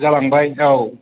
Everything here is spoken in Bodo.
जालांबाय औ